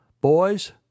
Boys